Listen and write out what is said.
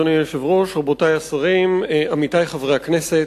אדוני היושב-ראש, רבותי השרים, עמיתי חברי הכנסת,